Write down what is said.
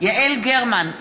יעל גרמן,